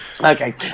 Okay